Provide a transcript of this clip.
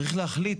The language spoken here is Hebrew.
צריך להחליט